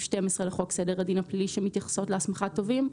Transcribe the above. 12 לחוק סדר הדין הפלילי שמתייחסות להסמכת תובעים,